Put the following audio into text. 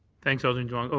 thanks, alderman demong.